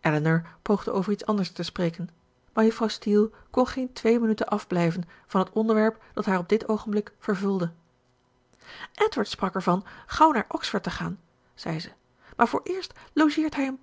elinor poogde over iets anders te spreken maar juffrouw steele kon geen twee minuten afblijven van het onderwerp dat haar op dit oogenblik vervulde edward sprak ervan gauw naar oxford te gaan zei ze maar vooreerst logeert hij